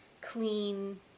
clean